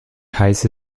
heiße